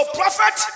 prophet